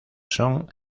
son